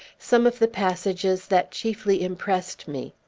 some of the passages that chiefly impressed me.